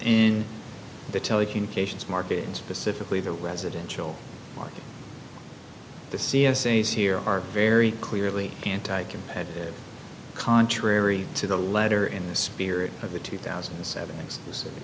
in the telecommunications market and specifically the residential market the c s a is here are very clearly anti competitive contrary to the letter in the spirit of the two thousand and seven